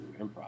improv